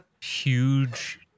huge